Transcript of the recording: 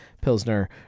Pilsner